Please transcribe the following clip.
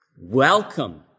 welcome